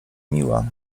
miła